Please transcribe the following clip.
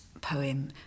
poem